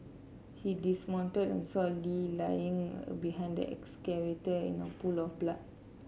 he dismounted and saw Lee lying behind the excavator in a pool of blood